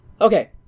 Okay